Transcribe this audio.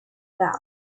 bought